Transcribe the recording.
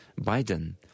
Biden